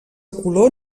color